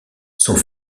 sont